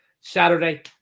Saturday